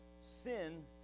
sin